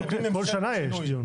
כל שנה יש דיון.